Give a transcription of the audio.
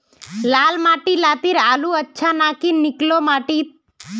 लाल माटी लात्तिर आलूर अच्छा ना की निकलो माटी त?